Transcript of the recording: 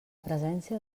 presència